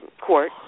court